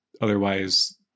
otherwise